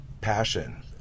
passion